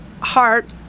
heart